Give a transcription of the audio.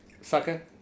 sucker